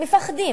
מפחדים.